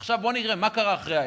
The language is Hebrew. עכשיו, בואו נראה מה קרה אחרי ה-1,000,